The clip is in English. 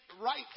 right